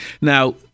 Now